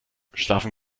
schlafen